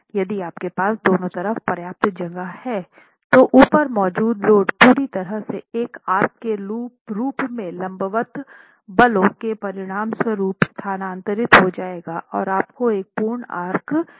यदि आपके पास दोनों तरफ पर्याप्त जगह है तो ऊपर मौजूद लोड पूरी तरह से एक आर्क के रूप में लंबवत बलों के परिणाम स्वरूप स्थानांतरित हो जायेगा और आपको एक पूर्ण आर्क मिल जायेगा